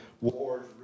Wars